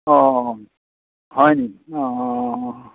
অঁ হয়নি অঁ